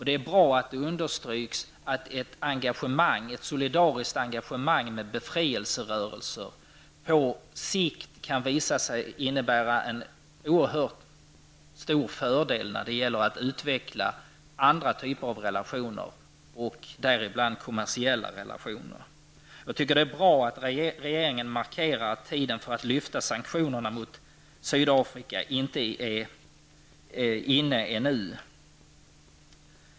Det är bra att det understryks att ett solidariskt engagemang för frigörelserörelsen på sikt kan innebära en oerhört stor fördel när det gäller att utveckla andra typer av relationer, däribland kommersiella relationer. Det är bra att regeringen markerar att tiden för att lyfta bort sanktionerna mot Sydafrika ännu inte är inne.